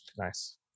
Nice